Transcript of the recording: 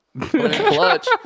clutch